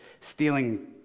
stealing